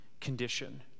condition